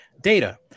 data